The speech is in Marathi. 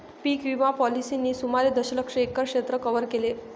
पीक विमा पॉलिसींनी सुमारे दशलक्ष एकर क्षेत्र कव्हर केले